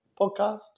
podcast